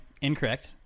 Incorrect